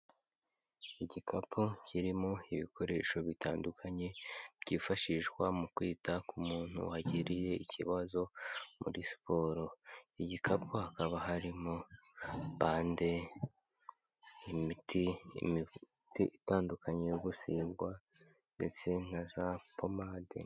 Igikapu kirimo ibikoresho bitandukanye, byifashishwa mu kwita ku muntu wagiriye ikibazo muri siporo. Igikapu hakaba harimo bande, imiti itandukanye yo gutsigwa ndetse na za pomade.